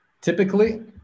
Typically